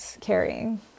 carrying